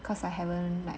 cause I haven't like